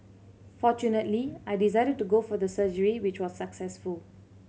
fortunately I decided to go for the surgery which was successful